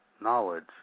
knowledge